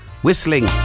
Whistling